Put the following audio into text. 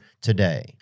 today